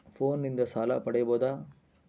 ಫೋನಿನಿಂದ ಸಾಲ ಪಡೇಬೋದ?